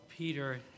Peter